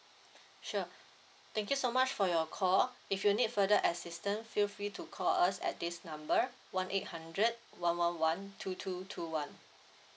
sure thank you so much for your call if you need further assistant feel free to call us at this number one eight hundred one one one two two two one